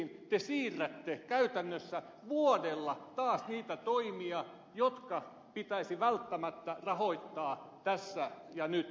te siirrätte käytännössä vuodella taas niitä toimia jotka pitäisi välttämättä rahoittaa tässä ja nyt